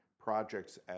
projects